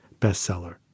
bestseller